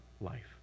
life